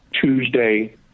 Tuesday